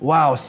Wow